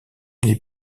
les